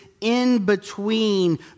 in-between